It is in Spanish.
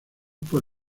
por